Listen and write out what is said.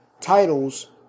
titles